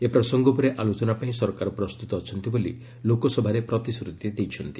ଏ ପ୍ରସଙ୍ଗ ଉପରେ ଆଲୋଚନା ପାଇଁ ସରକାର ପ୍ରସ୍ତୁତ ଅଛନ୍ତି ବୋଲି ଲୋକସଭାରେ ପ୍ରତିଶ୍ରତି ଦେଇଛନ୍ତି